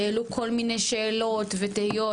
העלו כל מיני שאלות ותהיות.